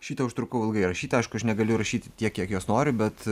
šitą užtrukau ilgai rašyt aišku aš negaliu rašyti tiek kiek jos noriu bet